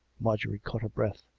marjorie caught her breath.